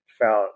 found